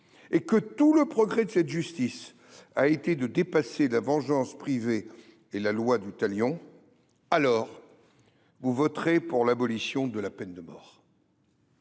et que tout le progrès de cette justice a été de dépasser la vengeance privée et la loi du talion, alors vous voterez pour l’abolition de la peine de mort.